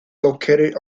located